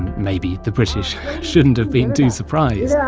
maybe the british shouldn't have been too surprised